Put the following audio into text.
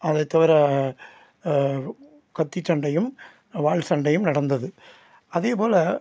அதை தவிர கத்திச்சண்டையும் வாள் சண்டையும் நடந்தது அதே போல்